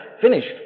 finished